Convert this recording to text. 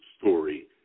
story